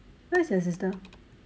where is your sister